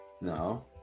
no